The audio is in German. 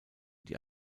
die